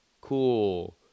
cool –